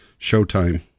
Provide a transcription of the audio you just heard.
showtime